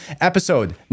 episode